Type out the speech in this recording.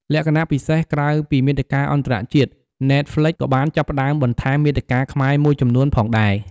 លក្ខណៈពិសេស ក្រៅពីមាតិកាអន្តរជាតិ ណែតហ្ល្វិចក៏បានចាប់ផ្ដើមបន្ថែម មាតិកាខ្មែរ មួយចំនួនផងដែរ។